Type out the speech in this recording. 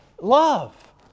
Love